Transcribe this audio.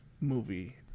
movie